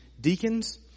deacons